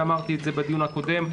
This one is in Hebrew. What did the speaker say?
אמרתי את זה בדיון הקודם,